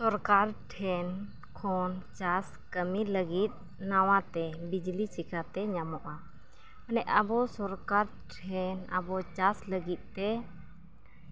ᱥᱚᱨᱠᱟᱨ ᱴᱷᱮᱱ ᱠᱷᱚᱱ ᱪᱟᱥ ᱠᱟᱹᱢᱤ ᱞᱟᱹᱜᱤᱫ ᱱᱟᱣᱟᱛᱮ ᱵᱤᱡᱽᱞᱤ ᱪᱤᱠᱟᱛᱮ ᱧᱟᱢᱚᱜᱼᱟ ᱢᱟᱱᱮ ᱟᱵᱚ ᱥᱚᱨᱠᱟᱨ ᱴᱷᱮᱱ ᱟᱵᱚ ᱪᱟᱥ ᱞᱟᱹᱜᱤᱫᱛᱮ